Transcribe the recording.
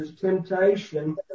temptation